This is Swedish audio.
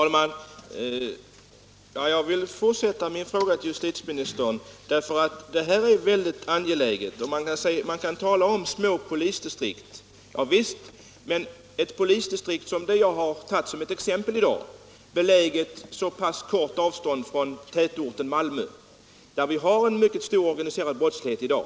Herr talman! Jag vill följa upp min fråga till justitieministern, för det här är väldigt angeläget. Visst kan man tala om små polisdistrikt. Men det polisdistrikt som jag har tagit som exempel i dag är beläget på kort avstånd från tätorten Malmö, som har en mycket stor organiserad brottslighet i dag.